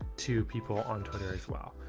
two people on twitter as well.